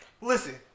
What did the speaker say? Listen